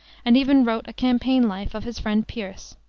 and even wrote a campaign life of his friend pierce.